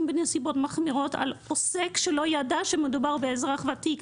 בנסיבות מחמירות על עוסק שלא ידע שמדובר באזרח ותיק.